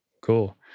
cool